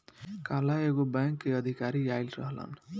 काल्ह एगो बैंक के अधिकारी आइल रहलन